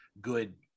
good